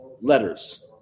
letters